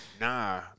Nah